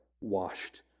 washed